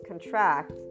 contract